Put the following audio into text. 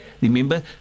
remember